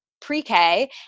pre-K